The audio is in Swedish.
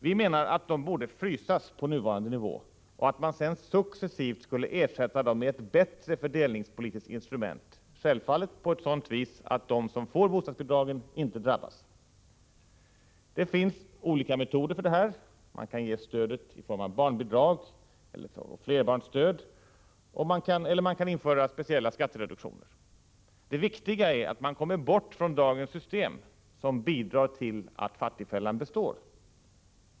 Vi menar att de borde frysas på nuvarande nivå och att man sedan successivt skulle ersätta dem med ett bättre fördelningspolitiskt instrument, självfallet på sådant sätt att de som får bostadsbidragen inte drabbas. Det finns olika metoder för detta. Man kan ge stödet i form av barnbidrag och flerbarnsstöd, och man kan införa speciella skattereduktioner. Det viktiga är att man kommer bort från dagens system, som bidrar till att fattigfällan består.